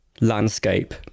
Landscape